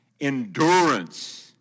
Endurance